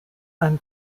ein